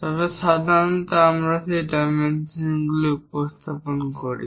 তবে সাধারণত আমরা সেই ডাইমেনশনগুলিকে উপস্থাপন করি